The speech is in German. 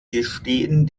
gestehen